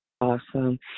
Awesome